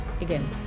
again